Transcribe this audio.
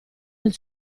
nel